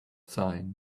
sign